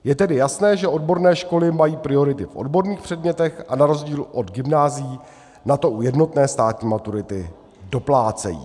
Je tedy jasné, že odborné školy mají priority v odborných předmětech a na rozdíl od gymnázií na to u jednotné státní maturity doplácejí.